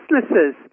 businesses